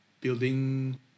building